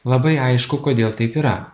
labai aišku kodėl taip yra